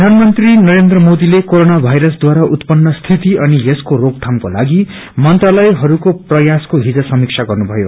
प्रधानमन्त्री नरेन्द्र मोदीलेकोरोना वायरसद्वारा उत्पन्न स्थित अनि यसको रोकथामको लागि मंत्रालयहरूको प्रयासहरूको हिज समीक्षा गर्नु भयो